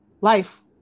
life